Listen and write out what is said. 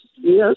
yes